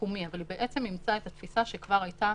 השיקומי אבל היא בעצם אימצה את התפיסה שכבר הייתה